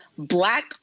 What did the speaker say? Black